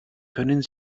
können